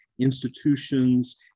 institutions